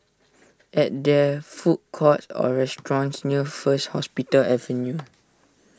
at there food courts or restaurants near First Hospital Avenue